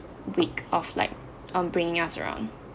week of like um bringing us around